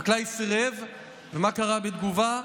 החקלאי סירב, ומה קרה בתגובה?